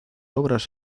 obras